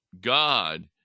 God